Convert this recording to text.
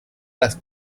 las